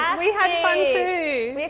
and we had fun too.